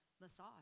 massage